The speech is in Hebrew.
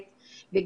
האם